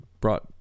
brought